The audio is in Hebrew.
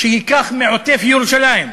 שייקח מעוטף-ירושלים,